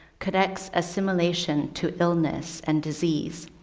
connects assimilation to illness and disease.